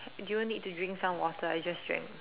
you will need to drink some water I just drank